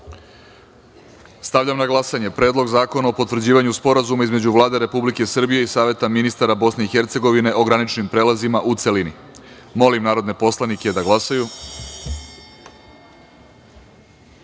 zakona. Stavljam na glasanje Predlog zakona o potvrđivanju Sporazuma između Vlade Republike Srbije i Saveta ministara Bosne i Hercegovine o graničnim prelazima, u celini. Molim narodne poslanike da